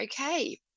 Okay